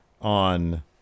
on